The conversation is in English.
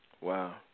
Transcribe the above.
Wow